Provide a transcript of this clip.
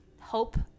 hope